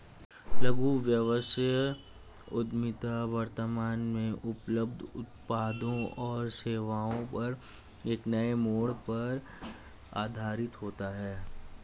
लघु व्यवसाय उद्यमिता वर्तमान में उपलब्ध उत्पादों और सेवाओं पर एक नए मोड़ पर आधारित होता है